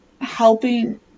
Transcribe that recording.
helping